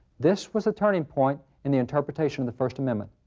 this was a turning point in the interpretation of the first amendment.